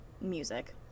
music